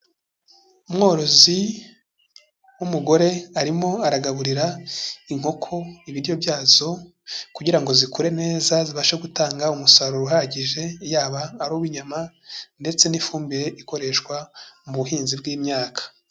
Umworozi w'umugore arimo aragaburira inkoko ibiryo byazo kugira ngo zikure neza zibashe gutanga umusaruro uhagije, yaba ari uw'inyama ndetse n'ifumbire ikoreshwa mu buhinzi bw'imyaka.